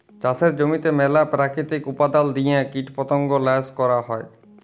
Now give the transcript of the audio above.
চাষের জমিতে ম্যালা পেরাকিতিক উপাদাল দিঁয়ে কীটপতঙ্গ ল্যাশ ক্যরা হ্যয়